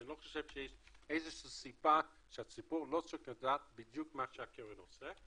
אני לא חושב שיש איזה שהיא סיבה שהציבור לא יידע בדיוק מה שהקרן עושה.